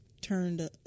turned